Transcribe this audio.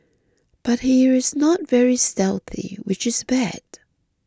but he is not very stealthy which is bad